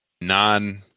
non